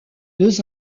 deux